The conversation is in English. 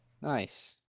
Nice